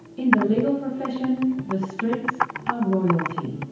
in the legal profession, the streets are royalty.